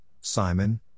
Simon